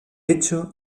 hecho